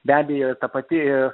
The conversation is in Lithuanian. be abejo ta pati